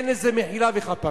אין לזה מחילה וכפרה.